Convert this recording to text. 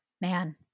man